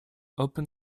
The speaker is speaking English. open